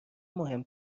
مهم